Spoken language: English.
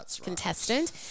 contestant